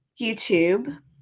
youtube